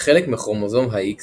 חלק מכרומוזום ה-X